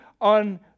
on